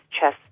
chest